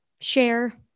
share